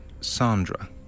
Sandra